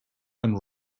and